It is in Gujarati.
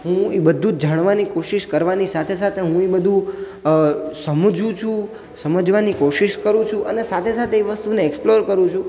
હું એ બધું જાણવાની કોશિશ કરવાની સાથે સાથે હું એ બધું સમજું છું સમજવાની કોશિશ કરું છું અને સાથે સાથે વસ્તુને એક્સપ્લોર કરું છું